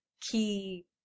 key